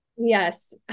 Yes